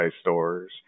stores